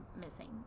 missing